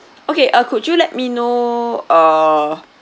okay uh could you let me know uh